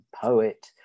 poet